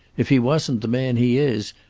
if he wasn't the man he is,